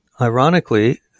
Ironically